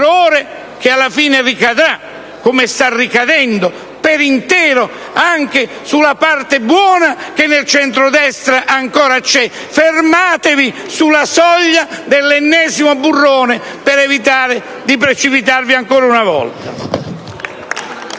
che alla fine ricadrà, come sta ricadendo, per intero anche sulla parte buona che nel centrodestra ancora c'è. Fermatevi sulla soglia dell'ennesimo burrone per evitare di precipitarvi ancora una volta.